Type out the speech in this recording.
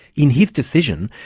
in his decision,